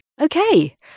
okay